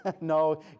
No